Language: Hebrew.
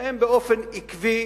שהם באופן עקבי